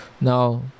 Now